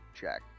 check